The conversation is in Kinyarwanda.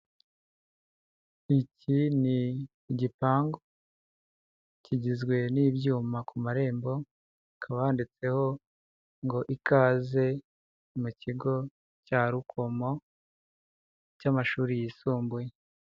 Iki ni igipangu, kigizwe n'ibyuma ku marembo, hakaba handitseho ngo ikaze mu kigo cya rukomo cy'amashuri yisumbuye.